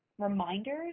reminders